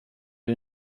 you